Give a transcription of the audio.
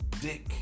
Dick